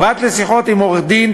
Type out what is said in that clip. פרט לשיחות עם עורך-דין,